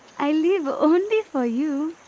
i live only for you.